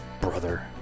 brother